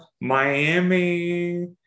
Miami